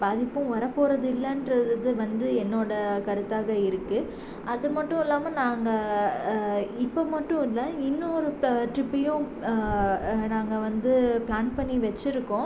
பாதிப்பும் வர போகிறது இல்லைன்றது வந்து என்னோட கருத்தாக இருக்கு அது மட்டும் இல்லாமல் நாங்கள் இப்போ மட்டும் இல்லை இன்னொரு ட்ரிப்பையும் நாங்கள் வந்து பிளான் பண்ணி வச்சுருக்கோம்